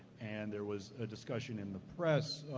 and there was a discussion in the press,